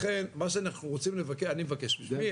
לכן מה שאני מבקש מכם,